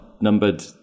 numbered